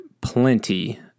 plenty